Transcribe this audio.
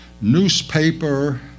newspaper